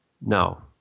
no